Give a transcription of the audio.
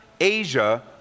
Asia